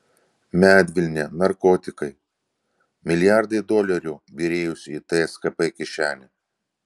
medvilnė narkotikai milijardai dolerių byrėjusių į tskp kišenę